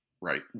Right